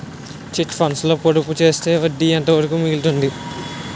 Chit funds లో పొదుపు చేస్తే వడ్డీ ఎంత వరకు మిగులుతుంది?